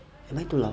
am I too loud